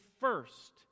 first